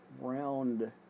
round